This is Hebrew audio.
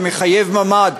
שמחייב ממ"ד,